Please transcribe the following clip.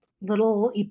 little